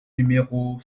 numéro